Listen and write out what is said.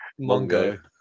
Mongo